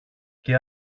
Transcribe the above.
και